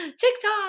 TikTok